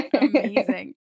Amazing